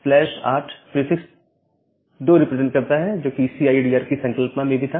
slash 8 8 prefix to represent करता है जोकि सीआईडीआर की संकल्पना में भी था